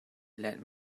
let